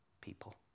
people